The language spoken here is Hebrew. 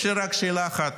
יש לי רק שאלה אחת,